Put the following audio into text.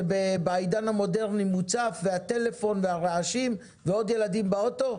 שבעידן המודרני מוצף והטלפון והרעשים ועוד ילדים באוטו,